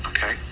Okay